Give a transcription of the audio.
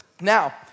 Now